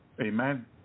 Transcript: Amen